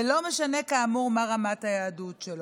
ולא משנה, כאמור, מה רמת היהדות שלו.